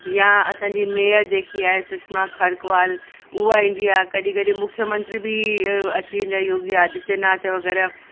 या असांजी मेयर जेकी आहे सुषमा खरकवाल उहा ईंदी आहे कॾहिं कॾहिं मुख्यमंत्री बि अची वेंदा आहिनि योगी आदित्यनाथ वगै़रह